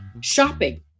shopping